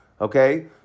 Okay